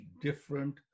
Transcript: different